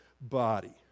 body